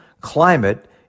climate